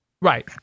Right